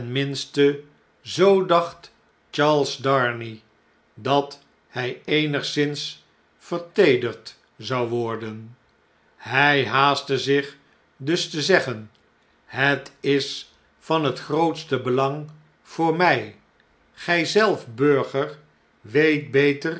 zoo dacht charles darnay dat hjj eenigszins verteederd zou worden hij haastte zichduste zeggen het is van het grootste belang voor nig gij zelf burger weet beter